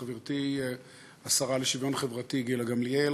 חברתי השרה לשוויון חברתי גילה גמליאל,